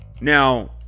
Now